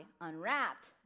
unwrapped